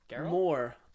more